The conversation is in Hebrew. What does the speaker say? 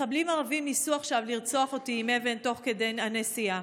מחבלים ערביים ניסו עכשיו לרצוח אותי עם אבן תוך כדי הנסיעה.